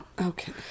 Okay